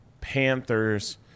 Panthers